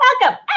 Welcome